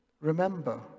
remember